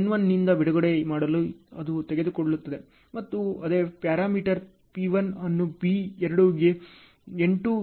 N1 ನಿಂದ ಬಿಡುಗಡೆ ಮಾಡಲು ಇದು ತೆಗೆದುಕೊಳ್ಳುತ್ತದೆ ಮತ್ತು ಅದೇ ಪ್ಯಾರಾಮೀಟರ್ P1 ಅನ್ನು B 2 ಗೆ N2 ಎಂದು ಕರೆಯಲಾಗುತ್ತದೆ